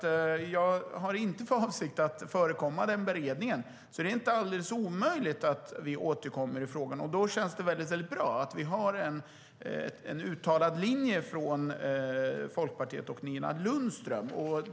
Jag har inte för avsikt att förekomma den beredningen, men det är inte alldeles omöjligt att vi återkommer i frågan. Då känns det väldigt bra att vi har en uttalad linje från Folkpartiet och Nina Lundström.